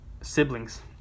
siblings